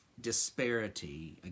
disparity